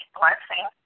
blessing